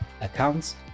Accounts